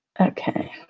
okay